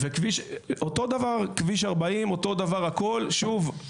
ואותו דבר כביש 40. שוב,